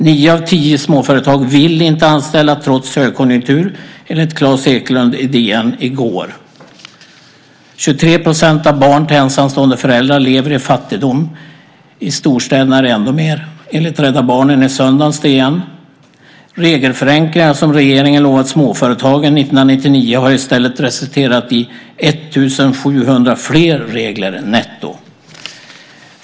Nio av tio småföretag vill inte anställa trots högkonjunktur, enligt Klas Eklund i DN i går. 23 % av barnen till ensamstående föräldrar lever i fattigdom. I storstäderna är de ännu fler, enligt Rädda Barnen i söndagens DN. Regelförenklingar som regeringen lovat småföretagen 1999 har i stället resulterat i 1 700 fler regler netto.